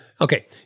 Okay